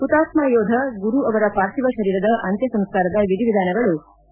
ಹುತಾತ್ನ ಯೋಧ ಗುರು ಅವರ ಪಾರ್ಥಿವ ಶರೀರದ ಅಂತ್ಯ ಸಂಸ್ಕಾರದ ವಿಧಿವಿಧಾನಗಳು ಕೆ